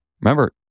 Remember